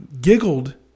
giggled